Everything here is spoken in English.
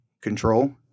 control